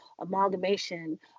amalgamation